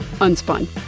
Unspun